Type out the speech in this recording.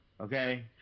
Okay